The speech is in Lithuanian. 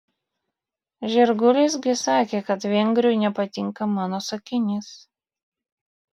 žirgulys gi sakė kad vengriui nepatinka mano sakinys